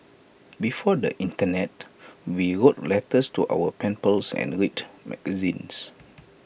before the Internet we wrote letters to our pen pals and read magazines